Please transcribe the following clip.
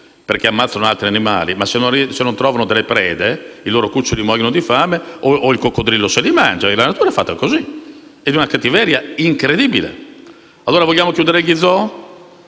perché ammazzano altri animali, ma se non trovano delle prede, i loro cuccioli muoiono di fame, o li mangia un coccodrillo. La natura è fatta così: è di una cattiveria incredibile. Vogliamo chiudere gli zoo?